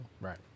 Right